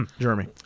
Jeremy